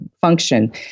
function